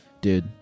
dude